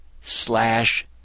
slash